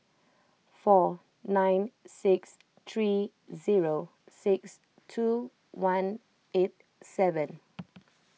four nine six three zero six two one eight seven